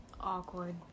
awkward